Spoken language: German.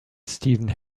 steve